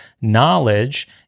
knowledge